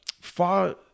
far